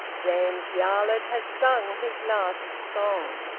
james yarlett has sung his last song.